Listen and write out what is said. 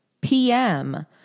PM